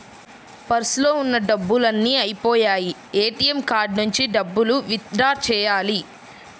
పర్సులో ఉన్న డబ్బులన్నీ అయ్యిపొయ్యాయి, ఏటీఎం కార్డు నుంచి డబ్బులు విత్ డ్రా చెయ్యాలి